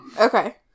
Okay